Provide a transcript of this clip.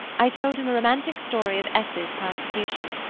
i told him a romantic story of s s persecution,